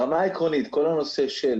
ברמה העקרונית, כל הנושא של